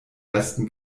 ersten